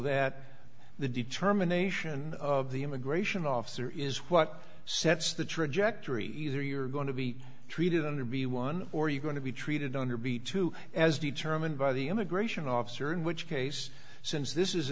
that the determination of the immigration officer is what sets the trajectory either you're going to be treated under be one or you're going to be treated on your be two as determined by the immigration officer in which case since this is